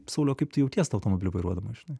sauliau o kaip tu jauties tą automobilį vairuodamas žinai